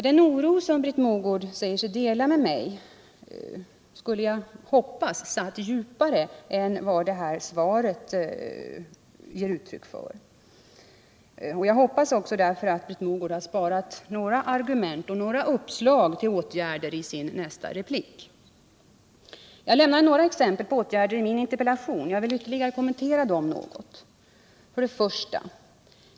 Den oro som Britt Mogård säger sig dela med mig skulle jag hoppas satt litet djupare än vad svaret kan ge ett intryck av. Jag hoppas därför att Britt Mogård har sparat några argument och uppslag till åtgärder för sin nästa replik. Jag lämnade i min interpellation några exempel på åtgärder. Jag vill ytterligare kommentera dessa något. 1.